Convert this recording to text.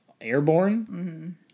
airborne